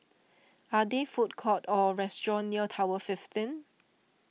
are there food courts or restaurants near Tower fifteen